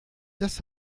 das